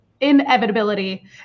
inevitability